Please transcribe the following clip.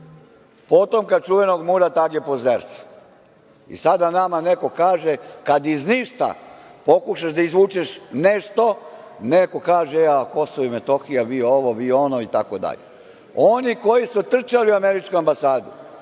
potomka čuvenog Murata age Pozderca. I sada neko nama kaže, kad iz ništa pokušaš da izvučeš nešto, neko kaže Kosovo i Metohija, vi ono, vi ono itd. Oni koji su trčali u američku ambasadu